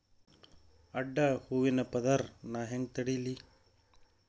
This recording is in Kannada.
ಅಡ್ಡ ಹೂವಿನ ಪದರ್ ನಾ ಹೆಂಗ್ ತಡಿಲಿ?